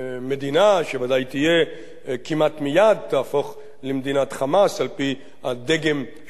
שוודאי כמעט מייד תהפוך למדינת "חמאס" על-פי הדגם של עזה.